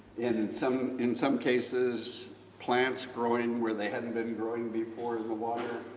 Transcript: in some in some cases plants growing where they hadn't been growing before in the water?